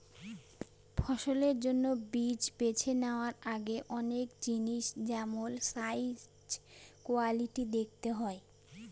ফসলের জন্য বীজ বেছে নেওয়ার আগে অনেক জিনিস যেমল সাইজ, কোয়ালিটি দেখতে হয়